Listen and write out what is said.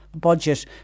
budget